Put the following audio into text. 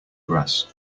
grass